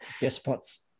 despots